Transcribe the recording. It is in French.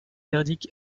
indique